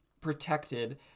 protected